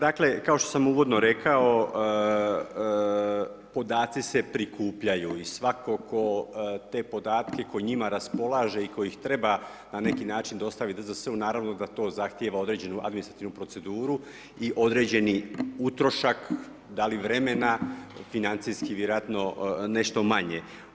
Pa dakle, kao što sam uvodno rekao, podaci se prikupljaju i svatko tko te podatke, tko njima raspolaže i tko ih treba na neki način dostaviti, naravno da to zahtijeva određenu administrativnu proceduru i određeni utrošak, da li vremena, financijski vjerojatno nešto manje.